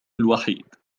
الوحيد